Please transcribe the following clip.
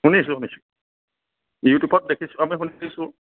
শুনিছোঁ শুনিছোঁ ইউটিউবত দেখিছোঁ আমি শুনি দিছোঁ